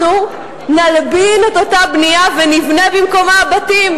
אנחנו נלבין את אותה בנייה ונבנה במקומה בתים,